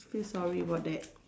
feel sorry about that